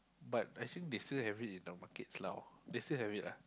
but I think they still have it in the market now they still have it lah